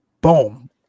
boom